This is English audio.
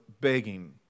begging